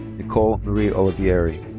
nicole marie olivieri.